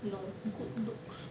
no good looks